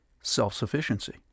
self-sufficiency